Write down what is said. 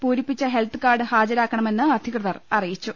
പൂരിപ്പിച്ച health card ഹാജരാക്കണമെന്ന് അധികൃതർ അറിയിച്ചു